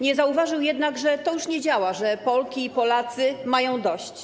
Nie zauważył jednak, że to już nie działa, że Polki i Polacy mają dość.